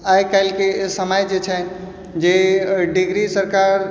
आइ काल्हिके समय जे छै जे अगर डिग्री सरकार